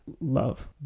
love